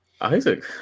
Isaac